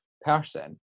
person